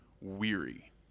weary